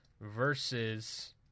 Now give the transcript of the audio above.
Versus